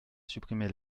supprimer